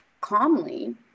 calmly